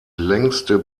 längste